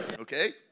Okay